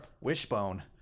Wishbone